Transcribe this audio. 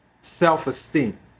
self-esteem